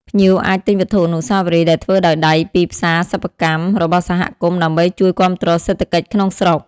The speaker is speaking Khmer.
ភ្ញៀវអាចទិញវត្ថុអនុស្សាវរីយ៍ដែលធ្វើដោយដៃពី ផ្សារសិប្បកម្ម របស់សហគមន៍ដើម្បីជួយគាំទ្រសេដ្ឋកិច្ចក្នុងស្រុក។